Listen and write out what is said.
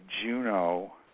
Juno